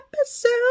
episode